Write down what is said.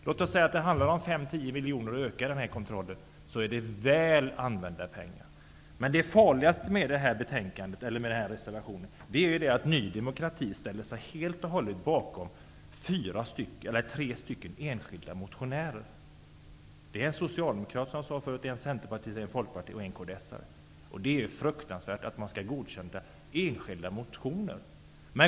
De 5--10 miljoner kronor som det kostar att öka kontrollen är väl använda pengar. Det farligaste med denna reservation är att Ny demokrati ställer sig helt och hållet bakom tre enskilda motionärer: en centerpartist, en folkpartist och en kds-are. Det är ju fruktansvärt att man skall tillstyrka enskilda motioner.